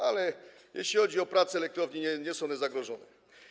Ale jeśli chodzi o pracę elektrowni, nie są one zagrożone.